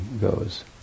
goes